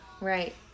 Right